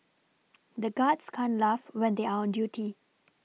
the guards can't laugh when they are on duty